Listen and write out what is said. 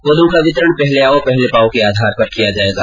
पौधों का वितरण पहले आओ पहले पाओ के आधार पर किया जायेगा